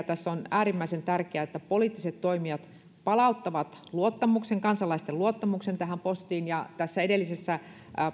tässä on äärimmäisen tärkeää ennen kaikkea että poliittiset toimijat palauttavat kansalaisten luottamuksen postiin tässä edellisessä